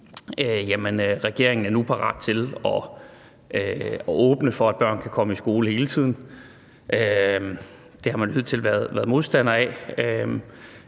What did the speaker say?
at regeringen nu er parat til at åbne for, at børn kan komme i skole hele tiden. Det har man jo hidtil været modstander af.